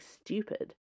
stupid